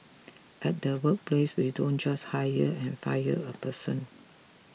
at the workplace we don't just hire and fire a person